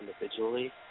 individually